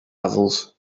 levels